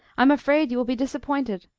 i'm afraid you will be disappointed.